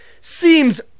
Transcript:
Seems